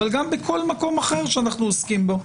וגם בכל מקום אחר שאנו עוסקים בו,